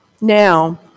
Now